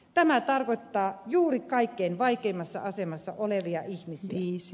tämä tarkoittaa juuri kaikkein vaikeimmassa asemassa olevia ihmisiä